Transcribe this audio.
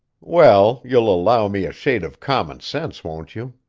well, you'll allow me a shade of common sense, won't you?